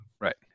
right